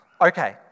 Okay